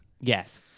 Yes